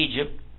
Egypt